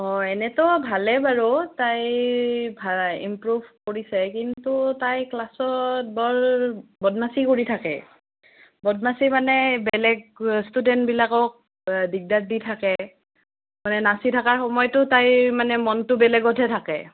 অঁ এনেইতো ভালেই বাৰু তাইৰ ইমপ্ৰুভ কৰিছে কিন্তু তাই ক্লাছত বৰ বদমাচি কৰি থাকে বদমাচি মানে বেলেগ ইষ্টুডেণ্টবিলাকক দিগদাৰ দি থাকে মানে নাচি থকাৰ সময়তো তাইৰ মানে মনটো বেলেগতহে থাকে